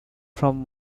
from